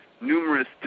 numerous